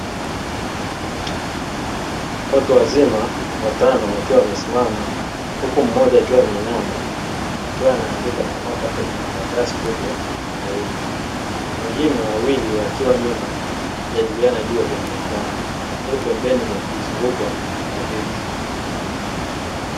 Watu wazima watano wakiwa wamesimama huku mmoja akiwa ameinama akiwa anaandika kwa makapeni kwenye karatasi kubwa leupe, wengine wawili wakiwa nyuma wakijadiliana juu ya jambo fulani huku pembeni wakizungukwa na viti.